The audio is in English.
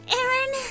Aaron